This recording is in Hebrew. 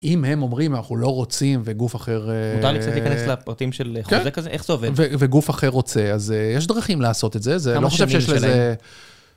אם הם אומרים, אנחנו לא רוצים, וגוף אחר... מותר לי קצת להיכנס לפרטים של חוזה כזה? איך זה עובד? וגוף אחר רוצה, אז יש דרכים לעשות את זה. זה לא חושב שיש לזה...